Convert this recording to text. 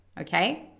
okay